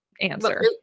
answer